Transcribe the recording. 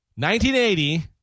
1980